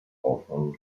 often